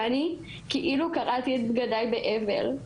ואני, כאילו קרעתי בגדיי באבל.